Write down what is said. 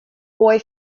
boy